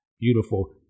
beautiful